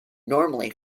normally